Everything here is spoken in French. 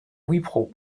wipro